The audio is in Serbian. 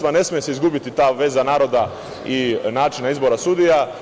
Ne sme se izgubiti ta veza naroda i načina izbora sudija.